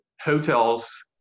hotels